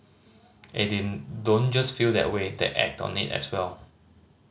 and they don't just feel that way they act on it as well